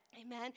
Amen